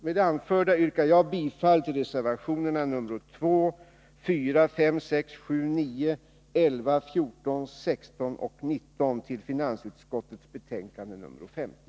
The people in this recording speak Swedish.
Med det anförda yrkar jag bifall till reservationerna nr 2,4, 5, 6, 7, 9, 11, 14, 16 och 19 vid finansutskottets betänkande nr 50.